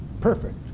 perfect